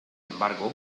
embargo